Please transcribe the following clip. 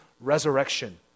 resurrection